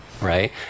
Right